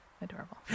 Adorable